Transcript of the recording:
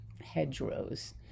hedgerows